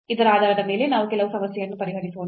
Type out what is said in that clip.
ಇದರ ಆಧಾರದ ಮೇಲೆ ನಾವು ಕೆಲವು ಸಮಸ್ಯೆಯನ್ನು ಪರಿಹರಿಸೋಣ